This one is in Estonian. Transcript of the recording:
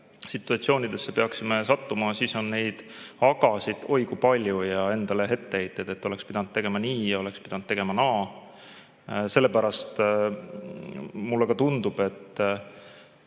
situatsioonidesse peaksime sattuma, on neid "agasid" oi kui palju ja endale etteheiteid, et oleks pidanud tegema nii ja oleks pidanud tegema naa. Sellepärast mulle ka tundub, et